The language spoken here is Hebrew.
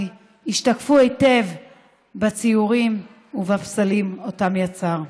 השתקפו היטב בציורים ובפסלים שאותם יצר.